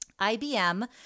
IBM